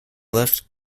left